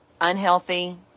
unhealthy